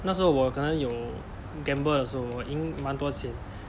那时候我可能有 gamble 的时候我赢蛮多钱